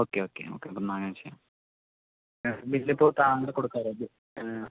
okay okay okay അപ്പോഴെന്നാൽ അങ്ങനെ ചെയ്യാം വീട്ടിലിപ്പോൾ കൊടുക്കാറുണ്ടോ